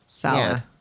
salad